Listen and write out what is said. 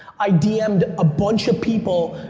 i dm'ed a bunch of people,